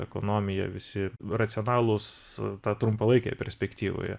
ekonomija visi racionalūs trumpalaikėje perspektyvoje